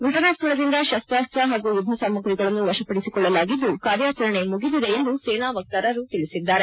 ಘಟನಾ ಸ್ಥಳದಿಂದ ಶಸ್ತ್ರಸ್ತ ಹಾಗೂ ಯುದ್ಧ ಸಾಮಾಗ್ರಿಗಳನ್ನು ವಶಪಡಿಸಿಕೊಳ್ಳಲಾಗಿದ್ದು ಕಾರ್ಯಾಚರಣೆ ಮುಗಿದಿದೆ ಎಂದು ಸೇನಾ ವಕ್ತಾರರು ತಿಳಿಸಿದ್ದಾರೆ